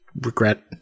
regret